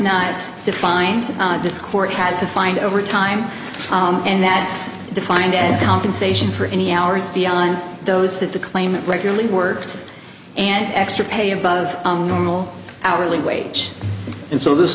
not defined this court has refined over time and that's defined as compensation for any hours beyond those that the claimant regularly works and extra pay above normal hourly wage and so this